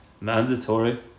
mandatory